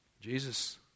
Jesus